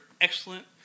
excellent